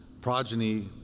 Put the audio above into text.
progeny